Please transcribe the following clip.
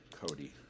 Cody